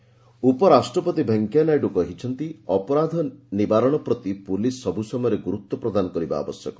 ନାଇଡୁ ଗୁକରାଟ ପୋଲିସ ଉପରାଷ୍ଟ୍ରପତି ଭେଙ୍କୟା ନାଇଡୁ କହିଛନ୍ତି' ଅପରାଧ ନିର୍ବାରଣ ପ୍ରତି ପୋଲିସ ସବୁ ସମୟରେ ଗୁରୁତ୍ୱପ୍ରଦାନ କରିବା ଆବଶ୍ୟକ